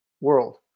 world